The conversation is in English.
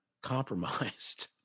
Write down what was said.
compromised